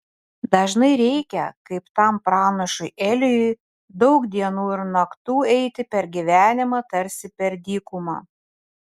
dažnai reikia kaip tam pranašui elijui daug dienų ir naktų eiti per gyvenimą tarsi per dykumą